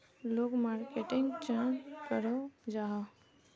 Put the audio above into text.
लोग मार्केटिंग चाँ करो जाहा?